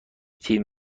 تیم